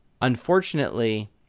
Unfortunately